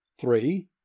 three